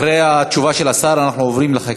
אחרי התשובה של השר אנחנו עוברים לחקיקה.